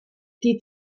die